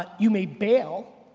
ah you may bail.